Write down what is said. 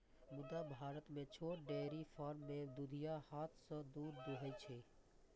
मुदा भारत मे छोट डेयरी फार्म मे दुधिया हाथ सं दूध दुहै छै